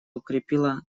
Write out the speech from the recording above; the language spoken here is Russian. укрепила